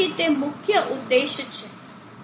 તેથી તે મુખ્ય ઉદ્દેશ છે